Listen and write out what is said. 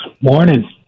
Morning